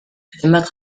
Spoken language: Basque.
zenbat